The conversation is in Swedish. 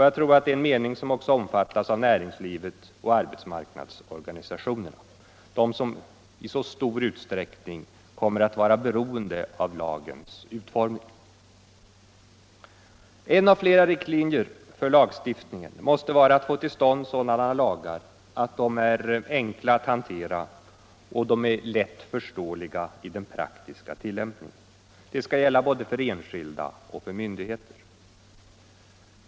Jag tror att det är en mening som också omfattas av näringslivet och arbetsmarknadsorganisationerna, som i så stor utsträckning kommer att vara beroende av lagens utformning. En av flera riktlinjer för lagstiftningen måste vara att få till stånd sådana lagar att de är enkla att hantera och lätt förståeliga i den praktiska tilllämpningen. Detta skall gälla både för enskilda och för myndigheter.